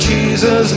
Jesus